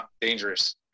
dangerous